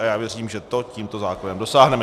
Já věřím, že to tímto zákonem dosáhneme.